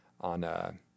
on